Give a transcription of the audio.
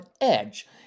edge